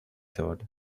thought